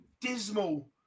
dismal